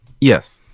Yes